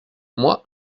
moi